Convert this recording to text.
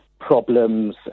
problems